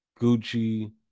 gucci